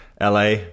LA